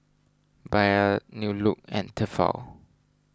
Bia New Look and Tefal